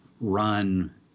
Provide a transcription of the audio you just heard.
run